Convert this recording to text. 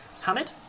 Hamid